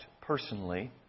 personally